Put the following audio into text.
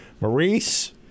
Maurice